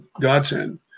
godsend